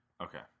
Okay